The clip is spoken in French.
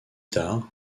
tard